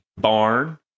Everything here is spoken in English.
barn